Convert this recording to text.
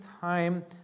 time